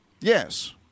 Yes